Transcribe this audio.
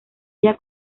ella